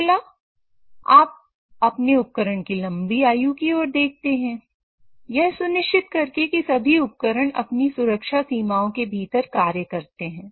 अगला आप अपने उपकरण की लंबी आयु की ओर देखते हैं यह सुनिश्चित करके कि सभी उपकरण अपनी सुरक्षा सीमाओं के भीतर कार्य कर करते हैं